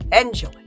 Enjoy